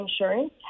insurance